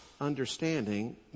understanding